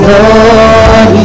Lord